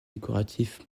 décoratifs